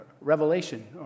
revelation